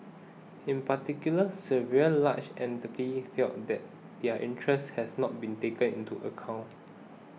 in particular several large felt that their interests had not been taken into account